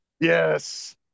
Yes